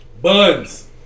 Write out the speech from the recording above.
Buns